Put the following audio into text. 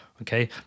Okay